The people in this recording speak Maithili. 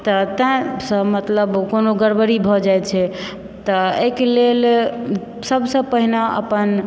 तऽ तैं सब मतलब कोनो गड़बड़ी भऽ जाइ छै तऽ एहि के लेल सबसे पहिने अपन